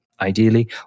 ideally